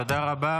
תודה רבה.